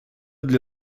для